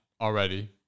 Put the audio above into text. already